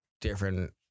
different